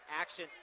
action